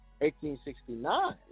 1869